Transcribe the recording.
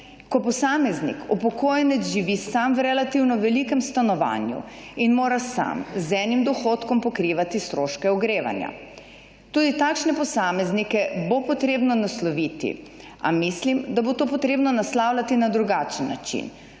ko posameznik upokojenec živi sam v relativno velikem stanovanju in mora sam z enim dohodkom pokrivati stroške ogrevanja. Tudi takšne posameznike bo potrebno nasloviti, a mislim, da bo to potrebno naslavljati na drugačen način,